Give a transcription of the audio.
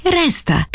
resta